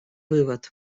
вывод